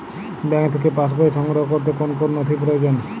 Bank থেকে pass বই সংগ্রহ করতে কোন কোন নথি প্রয়োজন?